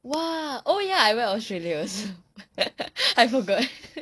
!wah! oh ya I went australia also I forgot